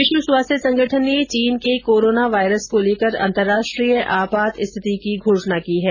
विश्व स्वास्थ्य संगठन ने चीन के कोरोना वायरस को लेकर अंतराष्ट्रीय आपात स्थिति की घोषणा की है